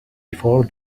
before